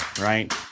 Right